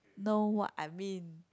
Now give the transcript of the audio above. know what I mean